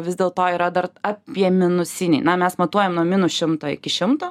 vis dėl to yra dar apie minusinį na mes matuojam nuo minus šimto iki šimto